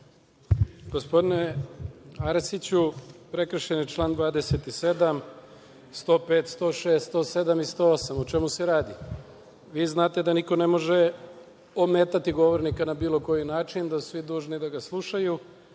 Gospodine Arsiću, prekršen je član 27, 105, 106, 107. i 108. O čemu se radi? Vi znate da niko ne može ometati govornika na bilo koji način, da su svi dužni da ga slušaju.